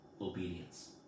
obedience